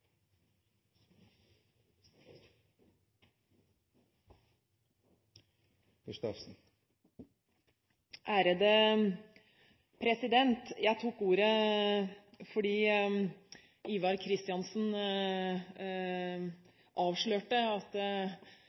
seg om. Jeg tok ordet fordi Ivar Kristiansen gjennom sitt innlegg avslørte at